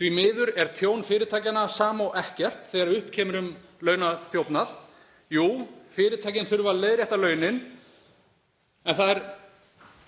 Því miður er tjón fyrirtækjanna sama og ekkert þegar upp kemst um launaþjófnað. Jú, fyrirtækin þurfa að leiðrétta launin, en það er